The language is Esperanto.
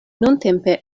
nuntempe